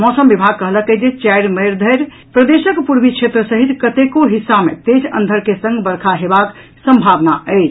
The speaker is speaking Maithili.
मौसम विभाग कहलक अछि जे चारि मई धरि प्रदेशक पूर्वी क्षेत्र सहित कतेको हिस्सा तेज अंधड़ के संग वर्षा हेबाक संभाबना अछि